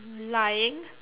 lying